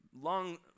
Long